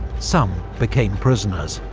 some became prisoners,